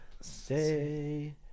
say